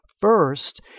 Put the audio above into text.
First